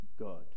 God